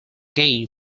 gain